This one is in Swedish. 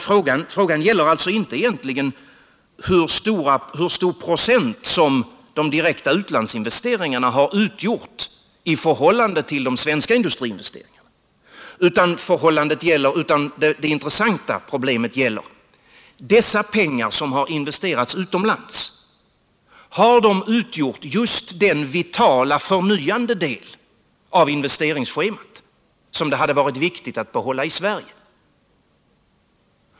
Frågan gäller alltså egentligen inte hur många procent som de direkta utlandsinvesteringarna utgjort i förhållande till de svenska industriinvesteringarna, utan det intressanta problemet gäller: Dessa pengar som investerats utomlands, har de utgjort just den vitala förnyande del av investeringsschemat som det hade varit viktigt att behålla i Sverige?